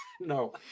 no